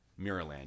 Mirrorland